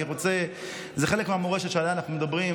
זה חלק מהמורשת שעליה אנחנו מדברים,